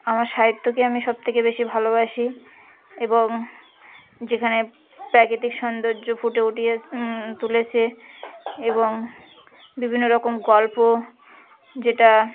আমার সাহিত্যকে আমি সব থেকে বেশি ভালোবাসি এবং যেখানে প্রাকৃতিক সৌন্দর্য ফুটে উটিয়ে তুলেছে এবং বিভিন্ন রকম গল্প যেটা